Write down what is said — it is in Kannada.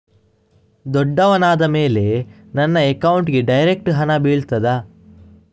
ದೊಡ್ಡವನಾದ ಮೇಲೆ ನನ್ನ ಅಕೌಂಟ್ಗೆ ಡೈರೆಕ್ಟ್ ಹಣ ಬೀಳ್ತದಾ?